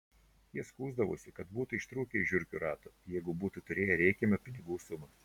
jie skųsdavosi kad būtų ištrūkę iš žiurkių rato jeigu būtų turėję reikiamą pinigų sumą